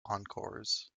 encores